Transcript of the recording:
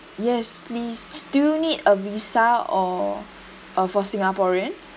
yes please do you need a visa or uh for singaporean